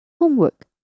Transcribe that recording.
homework